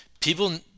people